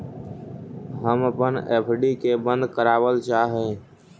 हम अपन एफ.डी के बंद करावल चाह ही